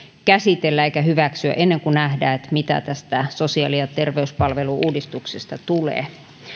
käsitellä eikä hyväksyä ennen kuin nähdään mitä tästä sosiaali ja terveyspalvelu uudistuksesta tulee